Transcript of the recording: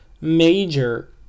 major